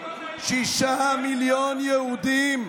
שישה מיליון יהודים,